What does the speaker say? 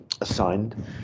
assigned